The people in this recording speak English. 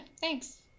Thanks